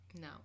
No